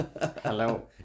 Hello